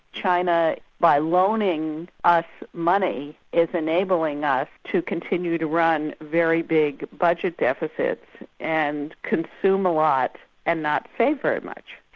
china by loaning us money is enabling us to continue to run very big budget deficits, and consume a lot and not save very much,